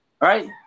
right